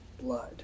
blood